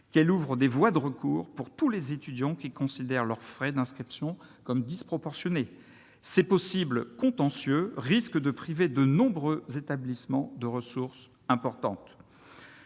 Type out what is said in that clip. que celle-ci ouvre des voies de recours à tous les étudiants qui considèrent leurs frais d'inscription comme disproportionnés. Ces possibles contentieux risquent de priver de nombreux établissements de ressources importantes.